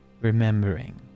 remembering